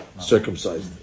circumcised